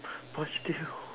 but still